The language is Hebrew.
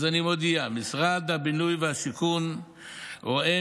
אז אני מודיע: משרד הבינוי והשיכון רואה